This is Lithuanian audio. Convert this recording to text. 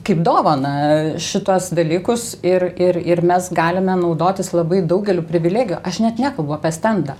kaip dovaną šituos dalykus ir ir ir mes galime naudotis labai daugeliu privilegijų aš net nekalbu apie stendą